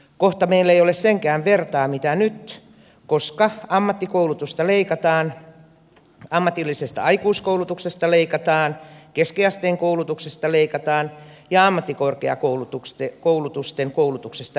kohta meillä ei ole senkään vertaa mitä nyt koska ammattikoulutuksesta leikataan ammatillisesta aikuiskoulutuksesta leikataan keskiasteen koulutuksesta leikataan ja ammattikorkeakoulutuksesta leikataan